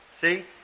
See